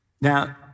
Now